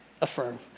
affirm